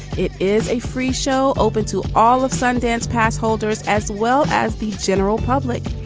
it is a free show open to all of sundance pass holders as well as the general public.